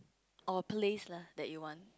or a place lah that you want